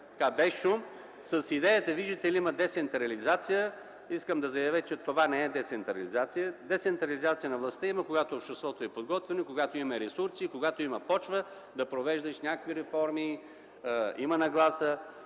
без шум, с идеята, виждате ли, има децентрализация. Искам да заявя, че това не е децентрализация. Децентрализация на властта има, когато обществото е подготвено, когато има ресурси, когато има почва да провеждаш някакви реформи, има нагласа.